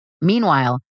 Meanwhile